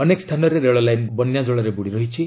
ଅନେକ ସ୍ଥାନରେ ରେଳ ଲାଇନ୍ ବନ୍ୟାଜଳରେ ବୁଡ଼ି ରହିଛି